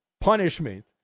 punishment